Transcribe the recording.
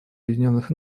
объединенных